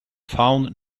found